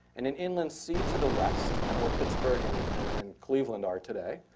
and an inland sea to the west, kind of where pittsburgh and and cleveland are today.